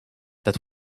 that